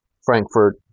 Frankfurt